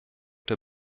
der